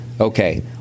okay